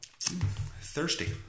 Thirsty